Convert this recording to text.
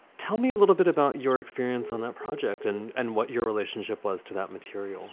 tell me a little bit about your experience on that project and and what your relationship was to that material